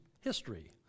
history